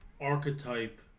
archetype